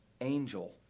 angel